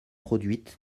produites